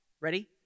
ready